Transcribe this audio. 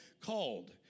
called